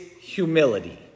humility